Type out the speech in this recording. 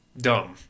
dumb